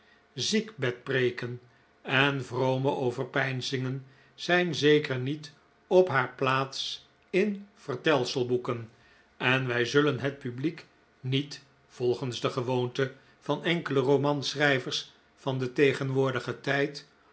meester ziekbed preeken en vrome overpeinzingen zijn zeker niet op haar plaats in vertelselboeken en wij zullen het publiek niet volgens de gewoonte van enkele romanschrijvers van den tegenwoordigen tijd